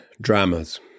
dramas